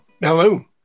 Hello